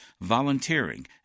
volunteering